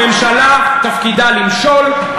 הממשלה תפקידה למשול,